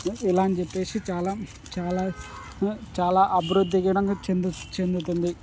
ఇలా అని చెప్పేసి చాలా చాలా చాలా అభివృద్ధి కుడంగా చెందు చెందుతుంది